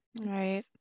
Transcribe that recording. right